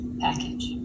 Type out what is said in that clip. package